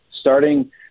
starting